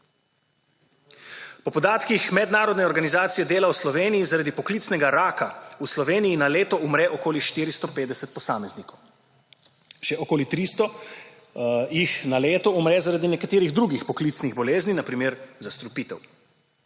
Po podatkih Mednarodne organizacije dela v Sloveniji zaradi poklicnega raka v Sloveniji na leto umre okoli 450 posameznikov. Še okoli 300 jih na leto umre zaradi nekaterih drugih poklicnih bolezni, na primer zastrupitev.